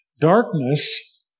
darkness